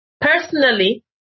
Personally